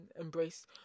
embrace